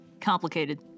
complicated